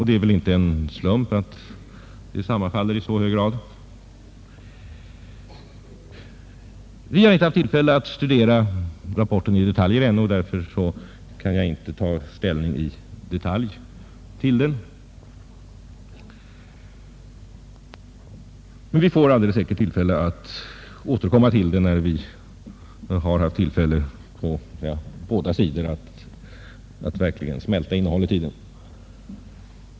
Det är väl inte en slump att slutsatserna sammanfaller i så hög grad. Vi har i departementet ännu inte haft tillfälle att i detalj studera rapporten, och därför kan jag inte i dag ta ställning till den. Vi får alldeles säkert tillfälle att återkomma till den när vi s. a. s. på båda sidor haft tid att verkligen smälta innehållet i den.